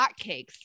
hotcakes